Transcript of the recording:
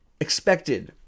expected